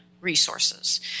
resources